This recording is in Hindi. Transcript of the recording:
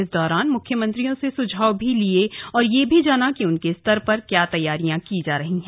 इस दौरान म्ख्यमंत्रियों से सुझाव भी लिए और यह भी जाना कि उनके स्तर पर क्या तैयारियां की जा रही हैं